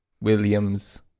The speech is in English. Williams